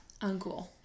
Uncool